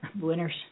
Winners